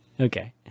Okay